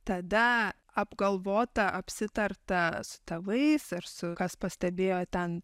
tada apgalvota apsitarta su tėvais ir su kas pastebėjo ten